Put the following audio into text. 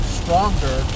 stronger